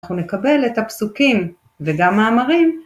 אנחנו נקבל את הפסוקים וגם מאמרים.